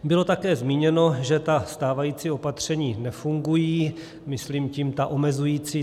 Bylo také zmíněno, že ta stávající opatření nefungují, myslím tím ta omezující.